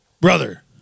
brother